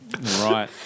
Right